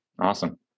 awesome